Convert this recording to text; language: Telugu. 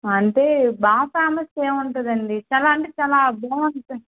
అంటే బాగా ఫేమస్ ఏముంటుందండి చాలా అంటే చాలా అద్భుతం